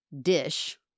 dish